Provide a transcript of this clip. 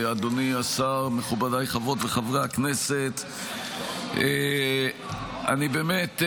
אדוני השר, מכובדיי חברות וחברי הכנסת, אני באמת,